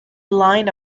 line